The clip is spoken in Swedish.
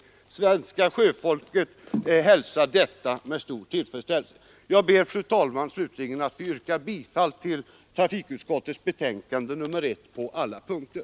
Det svenska sjöfolket hälsar detta med stor tillfredsställelse. Jag ber, fru talman, att få yrka bifall till trafikutskottets hemställan i betänkandet nr 1 på alla punkter.